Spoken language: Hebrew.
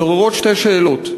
מתעוררות שתי שאלות.